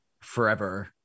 forever